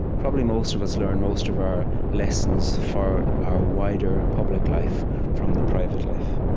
probably, most of us learned most of our lessons for our wider public life from the private life.